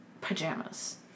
pajamas